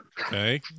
Okay